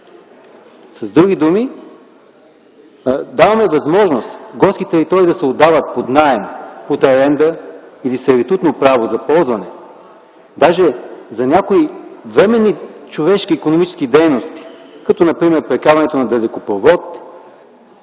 С други думи, даваме възможност горски територии да се отдават под наем, под аренда или със сервитутно право за ползване. Даже за някои временни човешки икономически дейности като прекарването на далекопроводи